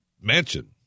mansion